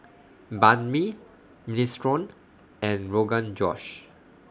Banh MI Minestrone and Rogan Josh